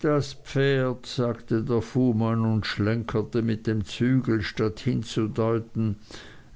das pferd sagte der fuhrmann und schlenkerte mit dem zügel statt hinzudeuten